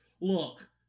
look